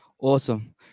awesome